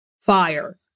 fire